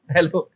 Hello